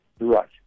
Right